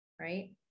right